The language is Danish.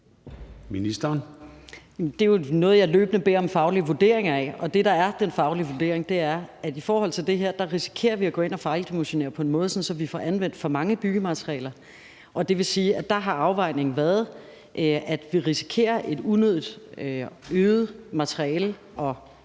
Det er jo noget, jeg løbende beder om faglige vurderinger af. Det, der er den faglige vurdering, er, at i forhold til det her risikerer vi at gå ind og fejldimensionere på en måde, så vi får anvendt for mange byggematerialer. Og det vil sige, at der har afvejningen været, at vi risikerer et unødigt og øget materiale- og